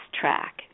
track